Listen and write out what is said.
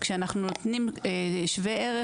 וכשאנחנו נותנים שווה ערך,